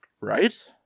Right